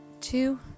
two